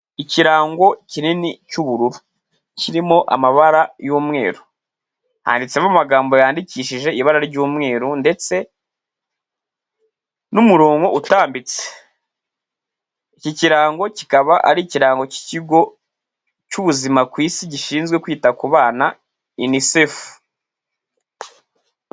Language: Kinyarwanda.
Ikirango kinini cy'ubururu kirimo amabara y'umweru, handitsemo amagambo yandikishije ibara ry'umweru ndetse n'umurongo utambitse, iki kirango kikaba ari ikirango cy'ikigo cy'ubuzima ku isi gishinzwe kwita ku bana Unicef.